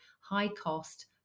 high-cost